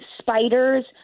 spiders